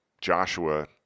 Joshua